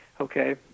Okay